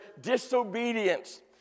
disobedience